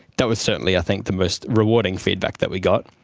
that was certainly i think the most rewarding feedback that we got.